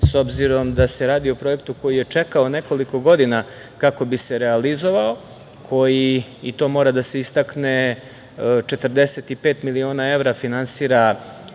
s obzirom da se radi o projektu koji je čekao nekoliko godina kako bi se realizovao, koji, i to mora da se istakne, 45 miliona evra finansira